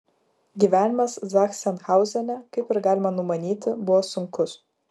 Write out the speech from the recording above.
gyvenimas zachsenhauzene kaip ir galima numanyti buvo sunkus